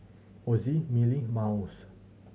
Ozi Mili Miles